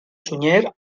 sunyer